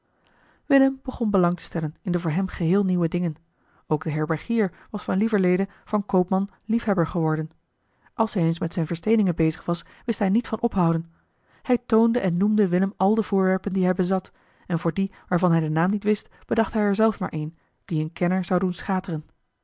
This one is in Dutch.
willem begon belang te stellen in de voor hem geheel nieuwe dingen ook de herbergier was van lieverlede van koopman liefhebber geworden als hij eens met zijne versteeningen bezig was wist hij niet van ophouden hij toonde en noemde willem al de voorwerpen die hij bezat en voor die waarvan hij den naam niet wist bedacht hij er zelf maar een die een kenner zou doen schateren